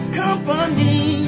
company